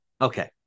Okay